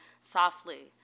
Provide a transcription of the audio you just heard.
softly